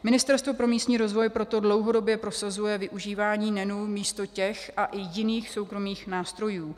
Ministerstvo pro místní rozvoj proto dlouhodobě prosazuje využívání NEN místo těch a i jiných soukromých nástrojů.